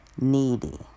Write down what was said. needy